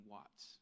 Watts